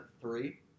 three